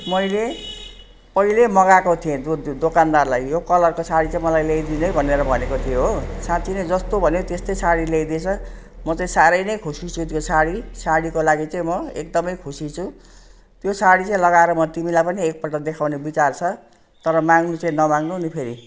मैले पहिले मगाएको थिएँ दो दोकानदारलाई यो कलरको साडी चाहिँ मलाई ल्याइदिनु है भनेर भनेको थियो हो साँच्ची नै जस्तो भन्यो त्यस्तै साडी ल्याइदिएको छ म चाहिँ साह्रै नै खुसी छु त्यो साडी साडीको लागि चाहिँ म एकदमै खुसी छु त्यो साडी चाहिँ लगाएर म तिमीलाई पनि एकपल्ट देखाउने विचार छ तर माग्नु चाहिँ नमाग्नु नि फेरि